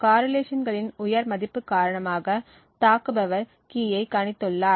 காரிலேஷன்களின் உயர் மதிப்பு காரணமாக தாக்குபவர் கீ ஐ கணித்து உள்ளார்